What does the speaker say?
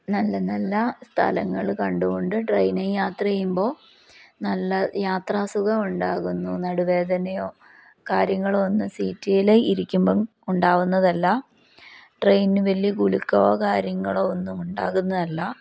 നല്ല നല്ല സ്ഥലങ്ങൾ കണ്ടുകൊണ്ട് ട്രെയിനേൽ യാത്ര ചെയ്യുമ്പോൾ നല്ല യാത്രാസുഖം ഉണ്ടാകുന്നു നടുവേദനയോ കാര്യങ്ങളോ ഒന്ന് സീറ്റേയിൽ ഇരിക്കുമ്പം ഉണ്ടാവുന്നതല്ല ട്രെയിന് വലിയ കുലുക്കാമോ കാര്യങ്ങളോ ഒന്നും ഉണ്ടാകുന്നതല്ല